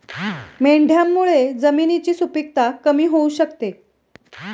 मेंढ्यांमुळे जमिनीची सुपीकता कमी होऊ शकते